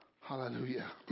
Hallelujah